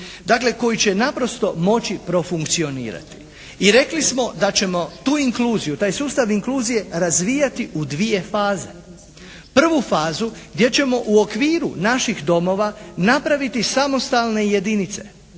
Dakle, koji će naprosto moći profunkcionirati. I rekli smo da ćemo tu inkluziju, taj sustav inkluzije razvijati u dvije faze. Prvu fazu gdje ćemo u okviru naših domova napraviti samostalne jedinice,